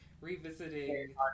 revisiting